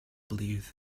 believed